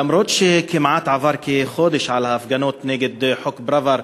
למרות שעבר כמעט חודש מאז ההפגנות נגד חוק פראוור,